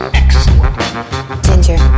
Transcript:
Ginger